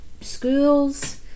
schools